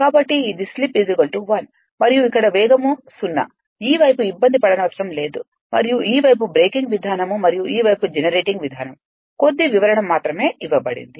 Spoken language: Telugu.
కాబట్టి ఇది స్లిప్ 1 మరియు ఇక్కడ వేగం 0 ఈ వైపు ఇబ్బంది పడనవసరం లేదు మరియు ఈ వైపు బ్రేకింగ్ విధానం మరియు ఈ వైపు జెనరేటింగ్ విధానం కొద్ది వివరణ మాత్రమే ఇవ్వబడింది